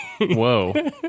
Whoa